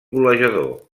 golejador